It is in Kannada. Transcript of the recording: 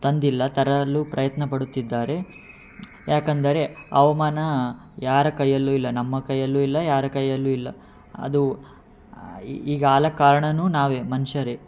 ತಂದಿಲ್ಲ ತರಲು ಪ್ರಯತ್ನಪಡುತ್ತಿದ್ದಾರೆ ಯಾಕೆಂದರೆ ಹವಮಾನ ಯಾರ ಕೈಯಲ್ಲೂ ಇಲ್ಲ ನಮ್ಮ ಕೈಯಲ್ಲೂ ಇಲ್ಲ ಯಾರ ಕೈಯಲ್ಲೂ ಇಲ್ಲ ಅದು ಈಗಾಲ ಕಾರ್ಣವೂ ನಾವೇ ಮನ್ಷ್ಯರೇ